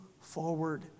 forward